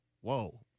whoa